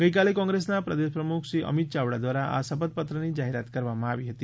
ગઇકાલે કોંગ્રેસના પ્રદેશ પ્રમુખ શ્રી અમિત યાવડા દ્વારા આ શપથ પત્રની જાહેરાત કરવામાં આવી હતી